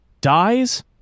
dies